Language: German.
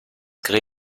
gerät